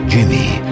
Jimmy